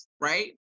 right